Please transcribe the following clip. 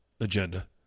agenda